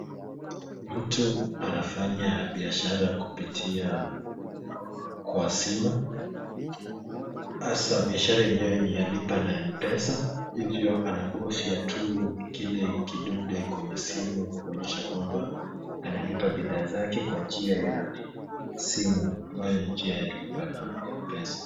Mtu anafanya biashara kupitia kwa simu. Hasa biashara yenyewe ni ya lipa na M-PESA hivyo anabofya tu kile kidude kwenye simu kuonyesha kwamba analipa bidhaa zake kwa njia ya simu, ambayo ni njia ya lipa na M- PESA.